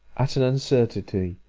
at an uncertainty,